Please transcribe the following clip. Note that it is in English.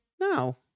No